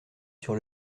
sur